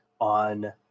on